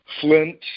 Flint